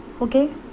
okay